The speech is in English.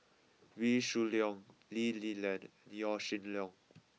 Wee Shoo Leong Lee Li Lian Yaw Shin Leong